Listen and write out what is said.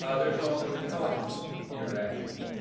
ah there's also intelligence interactions.